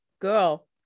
girl